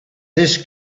this